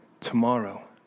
tomorrow